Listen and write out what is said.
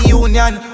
union